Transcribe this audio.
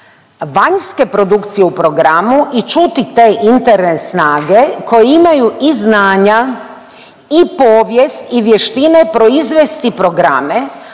vanjske produkcije u programu i čuti te interne snage koji imaju i znanja i povijest i vještine proizvesti programe,